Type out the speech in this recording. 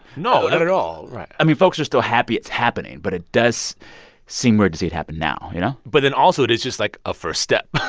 no, not at all, right i mean, folks are still happy it's happening. but it does seem weird to see it happen now, you know? but then also, it is just, like, a first step